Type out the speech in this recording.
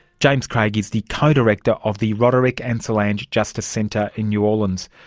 james craig is the co-director of the roderick and solange justice centre in new orleans.